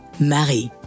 Marie